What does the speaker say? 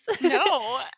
No